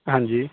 ਹਾਂਜੀ